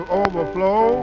overflow